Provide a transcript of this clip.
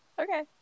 Okay